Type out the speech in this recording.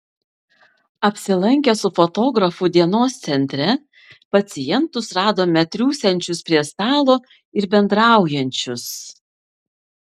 apsilankę su fotografu dienos centre pacientus radome triūsiančius prie stalo ir bendraujančius